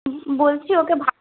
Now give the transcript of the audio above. বলছি ওকে